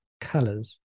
colors